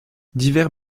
divers